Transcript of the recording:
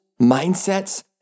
mindsets